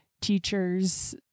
teachers